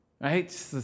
Right